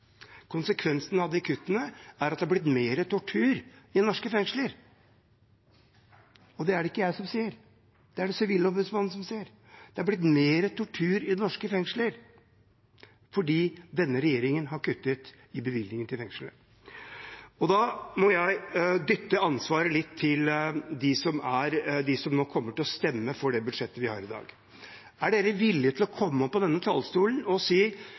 Konsekvensen av disse kuttene er at det er blitt mer tortur i norske fengsler – og det er det ikke jeg som sier, det er det Sivilombudsmannen som sier. Det er blitt mer tortur i norske fengsler fordi denne regjeringen har kuttet i bevilgningene til fengslene. Da må jeg dytte ansvaret litt over på dem som nå kommer til å stemme for dette budsjettet i dag. Er de villige til å komme opp på denne talerstolen og si: